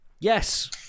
Yes